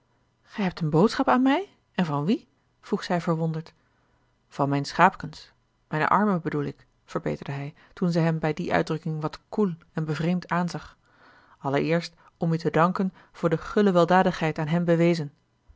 gij hebt eene boodschap aan mij en van wie vroeg zij verwonderd van mijne schaapkens mijne armen bedoel ik verbeterde hij toen zij hem bij die uitdrukking wat koel en bevreemd aanzag allereerst om u te danken voor de gulle weldadigheid aan hen bewezen